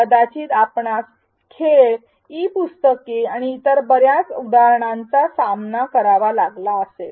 कदाचित आपणास खेळ ई पुस्तके आणि इतर बर्याच उदाहरणांचा सामना करावा लागला असेल